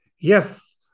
Yes